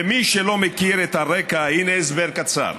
למי שלא מכיר את הרקע, הינה הסבר קצר,